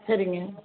சரிங்க